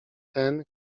ten